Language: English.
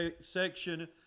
section